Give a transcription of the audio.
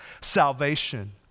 salvation